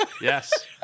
yes